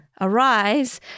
arise